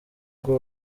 bw’u